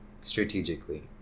strategically